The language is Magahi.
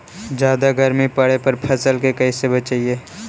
जादा गर्मी पड़े पर फसल के कैसे बचाई?